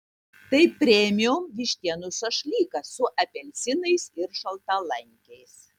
tai premium vištienos šašlykas su apelsinais ir šaltalankiais